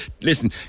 Listen